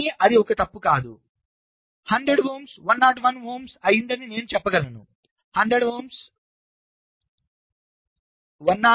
కానీ అది ఒక్క తప్పు కాదు 100 ohm 101 ohm అయిందని నేను చెప్పగలను100 ohm 100